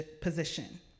position